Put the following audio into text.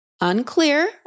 unclear